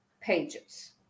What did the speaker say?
pages